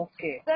Okay